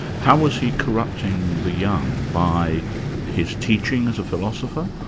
how was he corrupting the young? by his teachings, a philosopher?